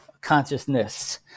consciousness